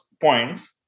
points